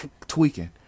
Tweaking